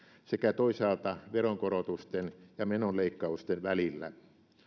sekä toisaalta veronkorotusten ja menoleikkausten välillä